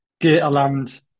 Gatorland